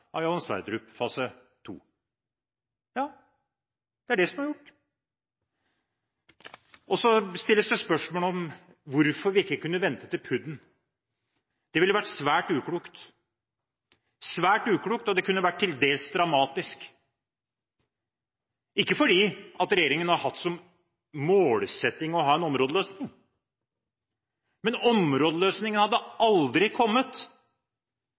Johan Sverdrup fase 2. Ja, det er det som er gjort. Så stilles det spørsmål om hvorfor vi ikke kunne vente til planen for utbygging og drift, PUD, var klar. Det ville vært svært uklokt – svært uklokt – og det kunne til dels vært dramatisk, ikke fordi regjeringen har hatt som målsetting å ha en områdeløsning, men områdeløsningen hadde aldri kommet